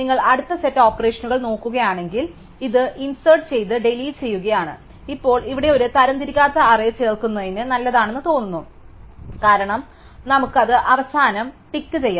നിങ്ങൾ അടുത്ത സെറ്റ് ഓപ്പറേഷനുകൾ നോക്കുകയാണെങ്കിൽ ഇത് ഇൻസെർട്ട് ചെയ്ത് ഡിലീറ്റ് ചെയ്യുകയാണ് ഇപ്പോൾ ഇവിടെ ഒരു തരംതിരിക്കാത്ത അറേ ചേർക്കുന്നതിന് നല്ലതാണെന്ന് തോന്നുന്നു കാരണം നമുക്ക് അത് അവസാനം ടിക്ക് ചെയ്യാം